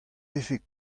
vefe